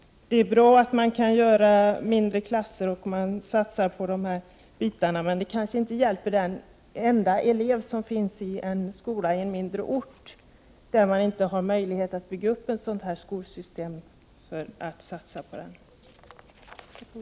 Det är bra att man kan göra mindre klasser och att man satsar på den delen, men det kanske inte hjälper en enstaka elev som finns i en skola på en mindre ort, där man inte har möjlighet att bygga upp ett sådant system för att satsa på den eleven.